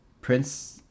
Prince